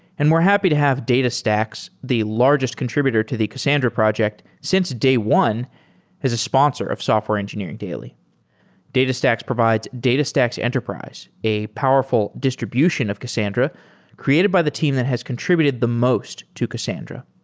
and we're happy to have datastax, the largest contributed to the cassandra project since day one as a sponsor of software engineering daily datastax provides datastax enterprise, a powerful distribution of cassandra created by the team that has contributed the most to cassandra.